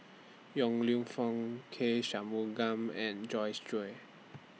Yong Lew Foong K Shanmugam and Joyce Jue